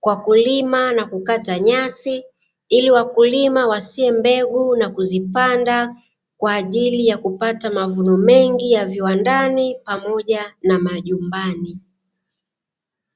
kwa kulima na kukata nyasi ili wakulima wapande mbegu kwa ajili ya kupata mavuno mengi ya viwandani na majumbani.